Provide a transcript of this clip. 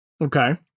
Okay